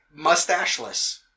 mustacheless